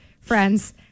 friends